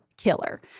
killer